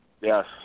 Yes